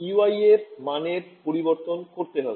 Ey এর মানের পরিবর্তন করতে হবে